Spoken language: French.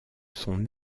son